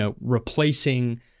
replacing